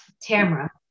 Tamara